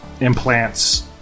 implants